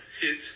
hit